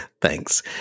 thanks